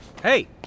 Hey